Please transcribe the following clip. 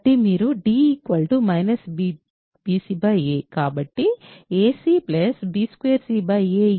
కాబట్టి మీరు d bc a కాబట్టి ac b 2c a 1